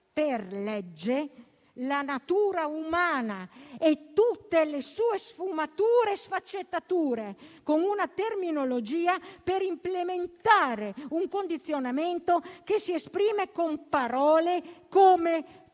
per legge, la natura umana e tutte le sue sfumature e sfaccettature, con una terminologia, per implementare un condizionamento che si esprime con parole come tutela